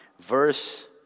verse